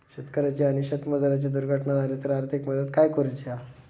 शेतकऱ्याची आणि शेतमजुराची दुर्घटना झाली तर आर्थिक मदत काय करूची हा?